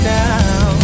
now